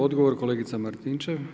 Odgovor, kolegica Martinčev.